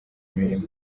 imirimo